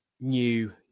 new